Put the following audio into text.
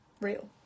real